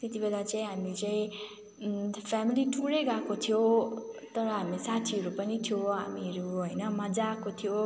त्यतिबेला चाहिँ हामी चाहिँ फ्यामिली टुरै गएको थियो तर हामी साथीहरू पनि थियो हामीहरू होइन मज्जा आएको थियो